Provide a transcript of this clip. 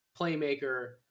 playmaker